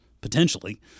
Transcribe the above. potentially